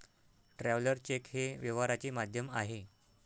traveller cheque हे व्यवहाराचे माध्यम आहे